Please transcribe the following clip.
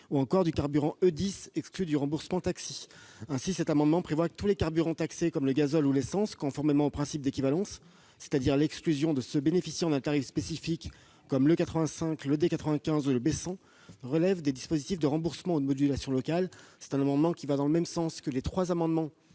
ou encore du carburant E10, exclu du remboursement taxis. Ainsi, cet amendement prévoit que tous les carburants taxés comme le gazole ou l'essence, conformément au principe d'équivalence, c'est-à-dire à l'exclusion de ceux qui bénéficient d'un tarif spécifique, comme l'E85, de l'ED95 ou le B100, relèvent des dispositifs de remboursements ou de modulations locales. Cet amendement va dans le même sens que les trois amendements